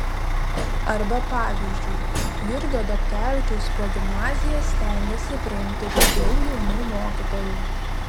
arba pavyzdžiui jurgio dobkevičiaus progimnazija stengiasi priimti daugiau jaunų mokytojų